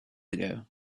ago